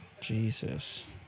Jesus